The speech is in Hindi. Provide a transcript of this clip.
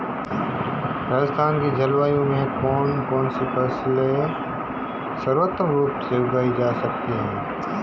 राजस्थान की जलवायु में कौन कौनसी फसलें सर्वोत्तम रूप से उगाई जा सकती हैं?